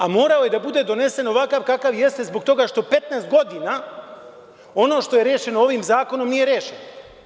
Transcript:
A morao je da bude donesen ovakav kakav jeste zbog toga što 15 godina, ono što je rešeno ovim zakonom nije rešeno.